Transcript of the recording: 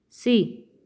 ਸੀ